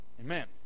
amen